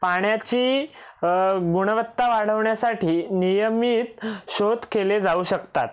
पाण्याची गुणवत्ता वाढवण्यासाठी नियमित शोध केले जाऊ शकतात